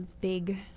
big